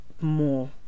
more